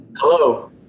Hello